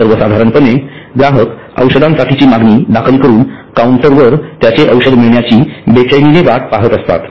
सर्वसाधारणपणे ग्राहक औषधांसाठीची मागणी दाखल करून काउंटरवर त्यांचे औषध मिळण्याची बेचैनीने वाट पाहत असतात